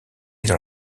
dans